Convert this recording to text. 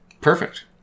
Perfect